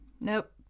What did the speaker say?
Nope